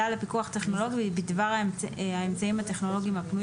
לפיקוח טכנולוגי בדבר האמצעים הטכנולוגיים הפנויים